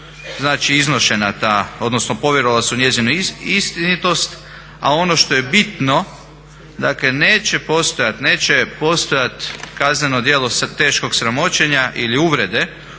je iznošena ta odnosno povjerovali su u njezinu istinitost, a ono što je bitno neće postojati kazneno djelo teškog sramoćenja ili uvrede